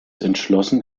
entschlossen